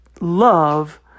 love